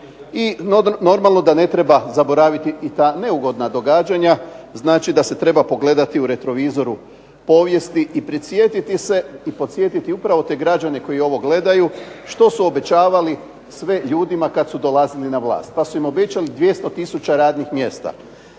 i normalno da ne treba zaboraviti i ta neugodna događanja, znači da se treba pogledati u retrovizoru povijesti i prisjetiti se i podsjetiti upravo te građane koji ovo gledaju što su obećavali sve ljudima kad su dolazili na vlast. Pa su im obećali 200000 radnih mjesta.